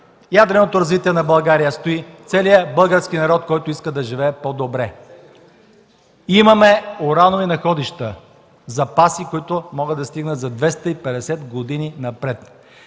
ядреното развитие на България стои целият български народ, който иска да живее по-добре. Имаме уранови находища, запаси, които могат да стигнат за 250 години напред.